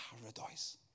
paradise